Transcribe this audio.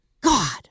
God